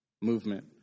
movement